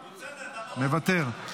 מוותר,